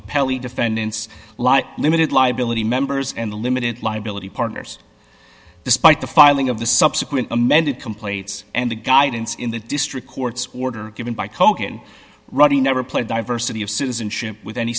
appellee defendants lott limited liability members and limited liability partners despite the filing of the subsequent amended complaints and the guidance in the district court's order given by kogan reddy never played diversity of citizenship with any